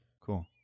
Cool